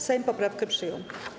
Sejm poprawkę przyjął.